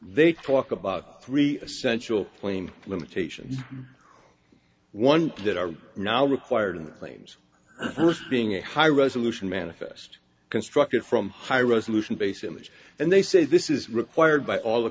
they talk about three essential claim limitations one that are now required in the claims first being a high resolution manifest constructed from high resolution base image and they say this is required by all the